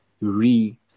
re